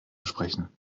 sprechen